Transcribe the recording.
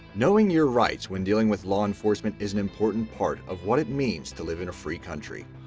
knowing your rights when dealing with law enforcement is an important part of what it means to live in a free country.